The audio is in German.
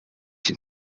den